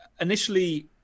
initially